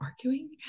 arguing